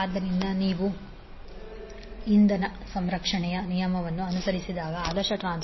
ಆದ್ದರಿಂದ ನೀವು ಇಂಧನ ಸಂರಕ್ಷಣೆಯ ನಿಯಮವನ್ನು ಅನುಸರಿಸಿದಾಗ ಆದರ್ಶ ಟ್ರಾನ್ಸ್ಫಾರ್ಮರ್ನ v1i1v2i2 ಮೌಲ್ಯ